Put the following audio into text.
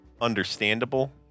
understandable